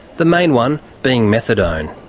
the main one being methadone.